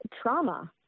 trauma